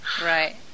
Right